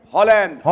Holland